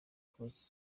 kubakira